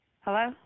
Hello